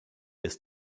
has